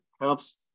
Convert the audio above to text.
helps